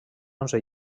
onze